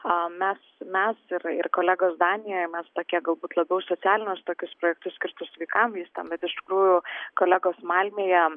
o mes mes ir ir kolegos danijoje mes tokie galbūt labiau socialinius tokius projektus skirtus vaikam jis ten vat iš tikrųjų kolegos malmėje